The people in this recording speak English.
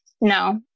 no